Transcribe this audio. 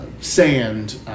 sand